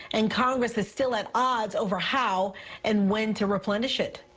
and congress is still at odds over how and when to replenish it.